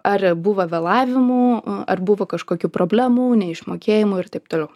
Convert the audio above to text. ar buvo vėlavimų ar buvo kažkokių problemų neišmokėjimų ir taip toliau